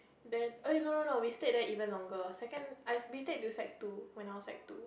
then eh no no no we stayed there even longer second I we stayed till sec two when I was sec two